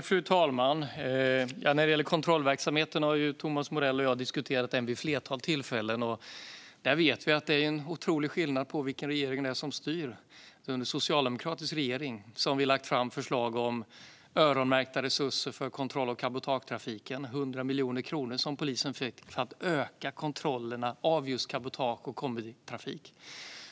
Fru talman! När det gäller kontrollverksamheten har Thomas Morell och jag diskuterat den vid ett flertal tillfällen. Vi vet att det är en otrolig skillnad beroende på vilken regering det är som styr. Under en socialdemokratisk regering har vi lagt fram förslag om öronmärkta resurser för kontroll av cabotagetrafiken. Polisen fick 100 miljoner kronor för att öka kontrollerna av just cabotage och kombitrafik.